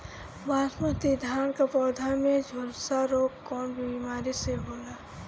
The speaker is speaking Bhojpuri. बासमती धान क पौधा में झुलसा रोग कौन बिमारी से होला?